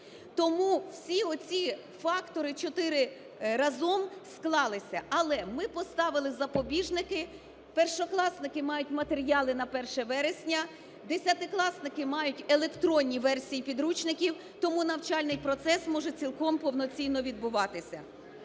Тому всі оці фактори, чотири, разом склалися. Але ми поставили запобіжники, першокласники мають матеріали на 1 вересня, десятикласники мають електронні версії підручників, тому навчальний процес може цілком повноцінно відбуватися.